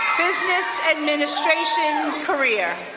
business administration career.